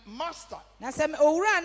master